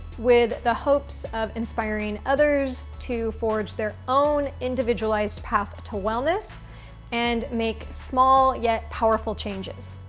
with the hopes of inspiring others to forge their own individualized path to wellness and make small yet powerful changes.